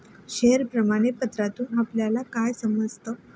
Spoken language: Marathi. शेअर प्रमाण पत्रातून आपल्याला काय समजतं?